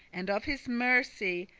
and of his mercy,